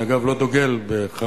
אני אגב לא דוגל בחרמות,